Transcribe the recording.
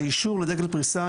האישור לדגל פריסה,